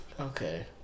Okay